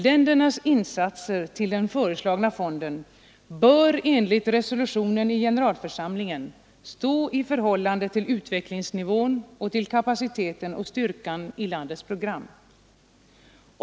Ländernas insatser till den föreslagna fonden bör enligt resolutionen i generalförsamlingen stå i förhållande till utvecklingsnivån och till kapaciteten och styrkan i landets ekonomi.